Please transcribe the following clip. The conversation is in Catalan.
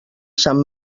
sant